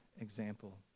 example